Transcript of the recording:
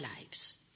lives